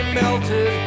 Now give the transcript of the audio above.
melted